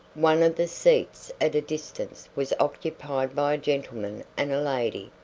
one of the seats at a distance was occupied by a gentleman and a lady,